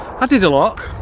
i did a lock.